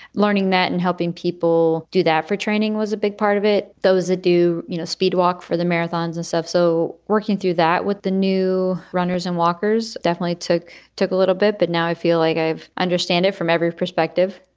learning that and helping people do that for training was a big part of it. those that do, you know, speed walk for the marathons and stuff. so working through that with the new runners and walkers definitely took took a little bit. but now i feel like i've understand it from every perspective.